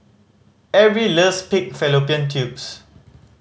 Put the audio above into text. Erby loves pig fallopian tubes